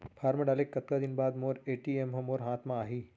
Form डाले के कतका दिन बाद मोर ए.टी.एम ह मोर हाथ म आही?